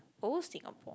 whole Singapore